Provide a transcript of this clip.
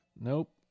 nope